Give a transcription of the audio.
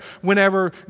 whenever